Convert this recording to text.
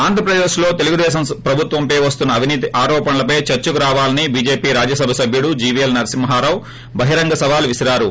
ఆంధ్రప్రదేశ్లో తెలుగుదేశం ప్రబుత్వం పై వస్తున్న అవినీతి ఆరోపణలపే చర్చకు రావాలని బీజేపీ రాజ్యసభ సభ్యుడు జీవీఎల్ నరసింహరావు బహిరంగ సవాల్ విసిరారు